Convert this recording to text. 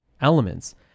elements